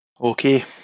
Okay